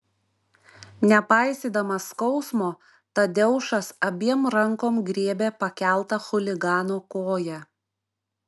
nepaisydamas skausmo tadeušas abiem rankom griebė pakeltą chuligano koją